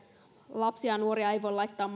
lapsia ja nuoria ei voi laittaa